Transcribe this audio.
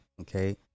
okay